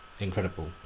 incredible